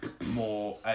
more